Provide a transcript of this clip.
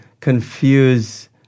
confuse